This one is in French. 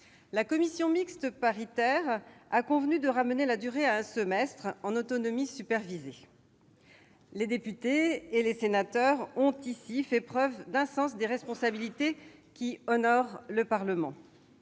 La commission mixte paritaire a convenu de ramener la durée à un semestre en « autonomie supervisée ». Les députés et les sénateurs ont, sur ce point, fait preuve d'un sens des responsabilités qui honore le Parlement.